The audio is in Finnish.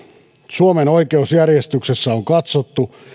suomen oikeusjärjestyksessä on katsottu